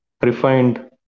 refined